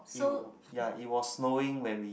it wa~ ya it was snowing when we